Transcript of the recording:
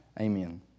Amen